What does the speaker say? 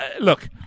look